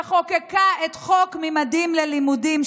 שחוקקה את חוק ממדים ללימודים,